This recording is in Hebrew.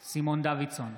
דוידסון,